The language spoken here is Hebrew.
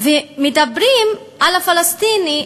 כשמדברים על הפלסטיני,